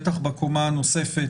בטח בקומה הנוספת,